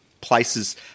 places